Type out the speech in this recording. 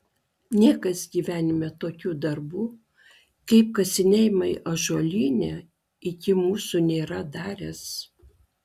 niekas gyvenime tokių darbų kaip kasinėjimai ąžuolyne iki mūsų nėra daręs